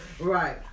right